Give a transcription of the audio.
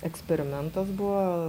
eksperimentas buvo